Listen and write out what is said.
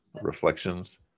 reflections